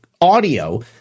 audio